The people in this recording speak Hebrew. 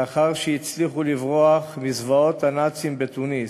לאחר שהצליחו לברוח מזוועות הנאצים בתוניס,